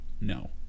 No